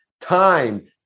time